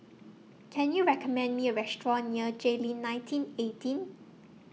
Can YOU recommend Me A Restaurant near Jayleen nineteen eighteen